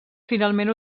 finalment